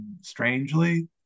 strangely